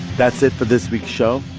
that's it for this week's show.